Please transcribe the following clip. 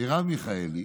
מרב מיכאלי